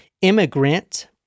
immigrant